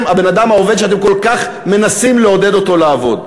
הבן-אדם העובד שאתם כל כך מנסים לעודד אותו לעבוד?